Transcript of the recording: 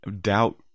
doubt